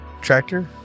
tractor